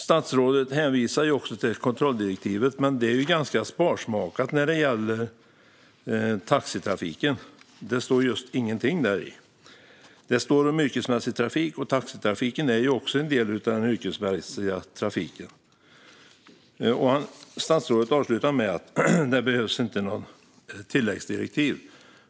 Statsrådet hänvisar till kontrolldirektivet, men det är ganska sparsmakat när det gäller taxitrafiken. Det står just ingenting om det där. Det står om yrkesmässig trafik, och taxitrafiken är en del av den yrkesmässiga trafiken. Statsrådet avslutar med att säga att det inte behövs något tilläggsdirektiv.